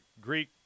Greek